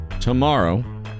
tomorrow